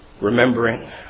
remembering